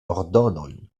ordonojn